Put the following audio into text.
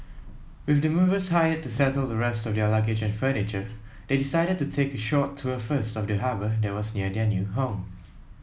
with the movers hired to settle the rest of their luggage and furniture they decided to take a short tour first of the harbour that was near their new home